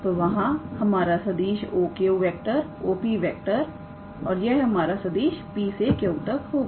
तो वहां हमारा सदिश 𝑂𝑄⃗⃗⃗⃗⃗⃗ 𝑂𝑃⃗⃗⃗⃗⃗ और यह हमारा सदिश P से Q तक होगा